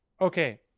okay